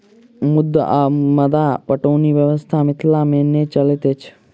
मद्दु वा मद्दा पटौनी व्यवस्था मिथिला मे नै चलैत अछि